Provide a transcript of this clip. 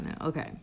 Okay